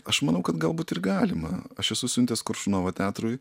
aš manau kad galbūt ir galima aš esu siuntęs koršunovo teatrui